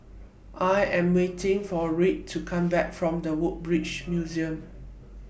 I Am waiting For Rhett to Come Back from The Woodbridge Museum